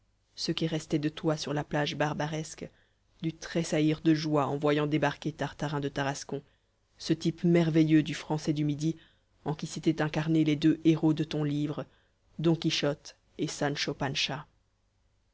ce qui restait de toi sur la plage barbaresque dut tressaillir de joie en voyant débarquer tartarin de tarascon ce type merveilleux du français du midi en qui s'étaient incarnés les deux héros de ton livre don quichotte et sancho pança